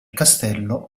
castello